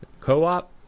Co-op